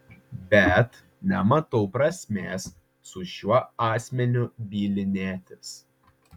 bet nematau prasmės su šiuo asmeniu bylinėtis